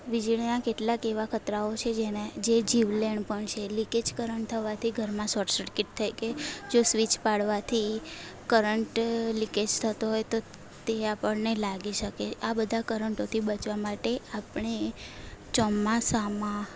વીજળીના કેટલાક એવા ખતરાઓ છે જેને જે જીવલેણ પણ છે લીકેજ કરંટ થવાથી ઘરમાં શૉટ સર્કિટ થાય કે જો સ્વિચ પાડવાથી કરંટ લીકેજ થતો હોય તો તે આપણને લાગી શકે આ બધા કરન્ટોથી બચવા માટે આપણે ચોમાસામાં